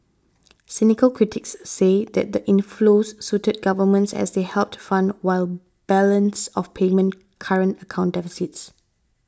cynical critics say that the inflows suited governments as they helped fund wide balance of payment current account deficits